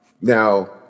Now